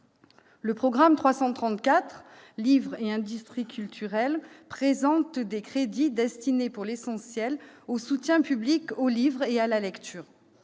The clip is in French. Le programme 334 « Livre et industries culturelles » présente des crédits destinés, pour l'essentiel, au soutien public au livre et à la lecture.